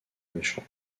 méchant